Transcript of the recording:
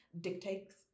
Dictates